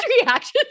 reactions